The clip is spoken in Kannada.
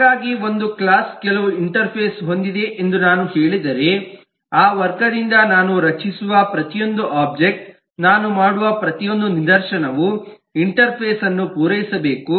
ಹಾಗಾಗಿ ಒಂದು ಕ್ಲಾಸ್ ಕೆಲವು ಇಂಟರ್ಫೇಸ್ ಹೊಂದಿದೆ ಎಂದು ನಾನು ಹೇಳಿದರೆ ಆ ವರ್ಗದಿಂದ ನಾನು ರಚಿಸುವ ಪ್ರತಿಯೊಂದು ಒಬ್ಜೆಕ್ಟ್ ನಾನು ಮಾಡುವ ಪ್ರತಿಯೊಂದು ನಿದರ್ಶನವೂ ಇಂಟರ್ಫೇಸ್ ಅನ್ನು ಪೂರೈಸಬೇಕು